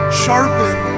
sharpen